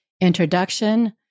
introduction